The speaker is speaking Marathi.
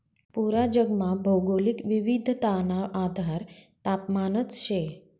पूरा जगमा भौगोलिक विविधताना आधार तापमानच शे